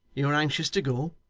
you are anxious to go.